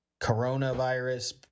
coronavirus